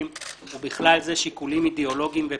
ובכלל זה שיקולים אידיאולוגיים ופוליטיים,